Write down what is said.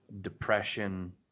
depression